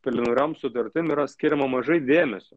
preliminariom sutartim yra skiriama mažai dėmesio